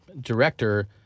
director